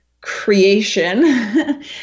creation